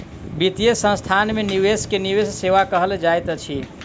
वित्तीय संस्थान में निवेश के निवेश सेवा कहल जाइत अछि